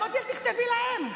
אמרתי לה: תכתבי להם,